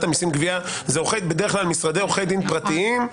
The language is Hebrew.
המיסים גבייה זה בדרך כלל משרדי עורכי דין פרטיים.